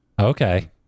Okay